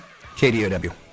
KDOW